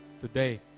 today